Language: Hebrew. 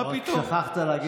מה פתאום?